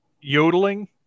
yodeling